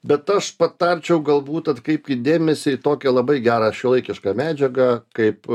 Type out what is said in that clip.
bet aš patarčiau galbūt atkreipkit dėmesį į tokią labai gerą šiuolaikišką medžiagą kaip